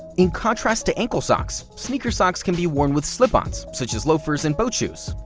in contrast to ankle socks, sneaker socks can be worn with slip-ons such as loafers and boat shoes,